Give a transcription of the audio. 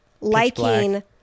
liking